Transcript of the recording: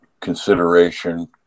consideration